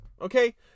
okay